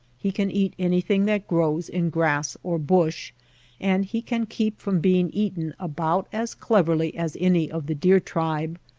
he can eat anything that grows in grass or bush and he can keep from being eaten about as cleverly as any of the deer tribe.